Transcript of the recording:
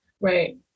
Right